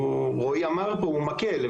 רועי אמר פה, הוא מקל.